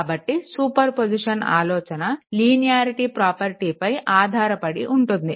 కాబట్టి సూపర్పొజిషన్ ఆలోచన లీనియారిటీ ప్రాపర్టీపై ఆధారపడి ఉంటుంది